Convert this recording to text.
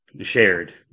shared